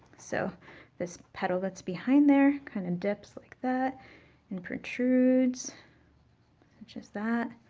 so this petal that's behind there, kind of, dips like that and protrudes which is that.